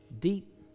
deep